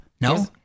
No